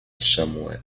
somewhat